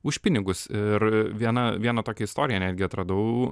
už pinigus ir viena vieną tokią istoriją netgi atradau